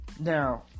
Now